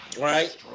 right